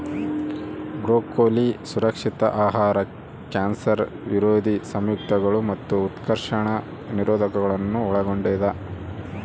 broccoli ಸುರಕ್ಷಿತ ಆಹಾರ cancer ವಿರೋಧಿ ಸಂಯುಕ್ತಗಳು ಮತ್ತು ಉತ್ಕರ್ಷಣ ನಿರೋಧಕಗುಳ್ನ ಒಳಗೊಂಡಿದ